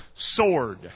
sword